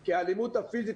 כי במקרה של האלימות הפיזית,